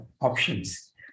options